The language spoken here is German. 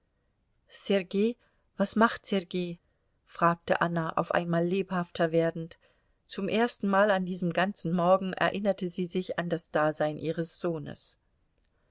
sergei was macht sergei fragte anna auf ein mal lebhafter werdend zum erstenmal an diesem ganzen morgen erinnerte sie sich an das dasein ihres sohnes